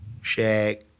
Shaq